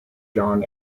john